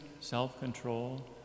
self-control